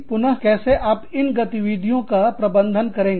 पुन कैसे आप इन गतिविधियों का प्रबंधन करेंगे